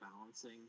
balancing